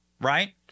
right